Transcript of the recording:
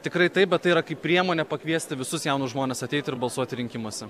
tikrai taip bet tai yra kaip priemonė pakviesti visus jaunus žmones ateiti ir balsuoti rinkimuose